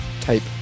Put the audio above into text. type